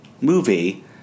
movie